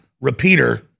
repeater